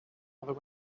other